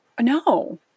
no